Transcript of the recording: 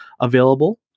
available